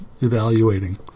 evaluating